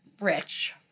rich